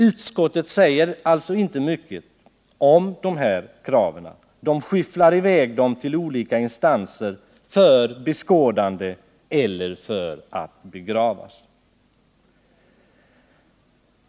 Utskottet säger alltså inte mycket om de här kraven. Man skyfflar i väg dem till olika instanser för beskådande eller för att begravas.